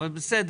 בסדר.